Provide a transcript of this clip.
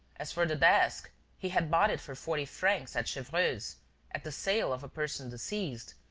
as for the desk, he had bought it for forty francs at chevreuse, at the sale of a person deceased,